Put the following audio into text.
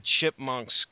Chipmunks